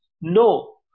No